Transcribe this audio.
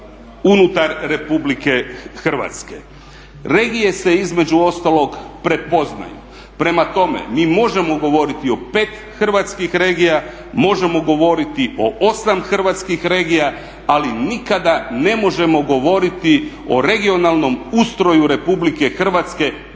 unutar Republike Hrvatske. Regije se između ostalog prepoznaju, prema tome mi možemo govoriti o 5 hrvatskih regija, možemo govoriti o 8 hrvatskih regija, ali nikada ne možemo govoriti o regionalnom ustroju Republike Hrvatske bez Istre.